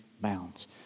bounds